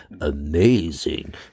amazing